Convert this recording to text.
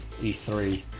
E3